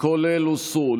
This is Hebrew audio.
כולל הוסרו.